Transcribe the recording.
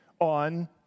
on